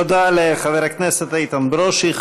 תודה לחבר הכנסת איתן ברושי.